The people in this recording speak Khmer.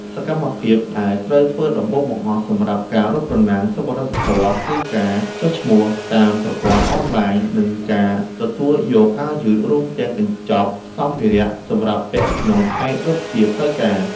សកម្មភាពដែលត្រូវធ្វើដំបូងបង្អស់សម្រាប់ការរត់ប្រណាំងសប្បុរសធម៌ គឺការចុះឈ្មោះតាមប្រព័ន្ធអនឡាញ និងការទទួលយកអាវយឺត រួមទាំងកញ្ចប់សម្ភារៈសម្រាប់ពាក់ក្នុងថ្ងៃរត់ជាផ្លូវការ។